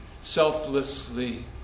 selflessly